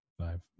five